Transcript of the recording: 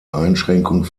einschränkung